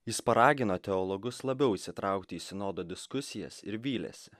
jis paragino teologus labiau įsitraukti į sinodo diskusijas ir vylėsi